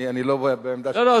אני לא בעמדה, לא, לא.